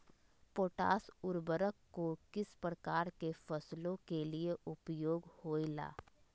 Potash उर्वरक को किस प्रकार के फसलों के लिए उपयोग होईला?